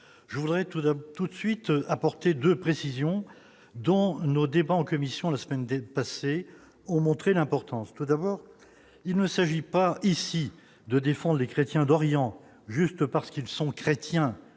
d'abord, tout de suite apporter de précisions dont nos débats en commission la semaine d'être passées ont montré l'importance tout d'abord, il ne s'agit pas ici de défendre les chrétiens d'Orient juste parce qu'ils sont chrétiens